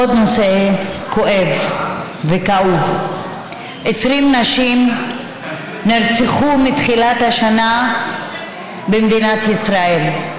עוד נושא כואב וכאוב: 20 נשים נרצחו מתחילת השנה במדינת ישראל.